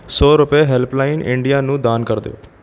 ਸੌ ਰੁਪਏ helpline India ਨੂੰ ਦਾਨ ਕਰ ਦਿਓ